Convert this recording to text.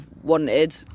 wanted